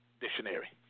Dictionary